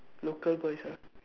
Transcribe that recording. local ah